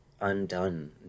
Undone